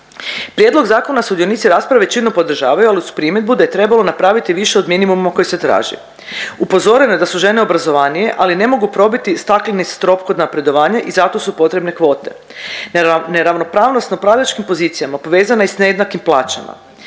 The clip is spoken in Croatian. Prijedlog zakona sudionici rasprave većinom podržavaju, al uz primjedbu da je trebalo napraviti više od minimuma koji se traži. Upozoreno je da su žene obrazovanije, ali ne mogu probiti stakleni strop kod napredovanja i zato su potrebne kvote. Neravnopravnost na upravljačkim pozicijama povezana je i s nejednakim plaćama.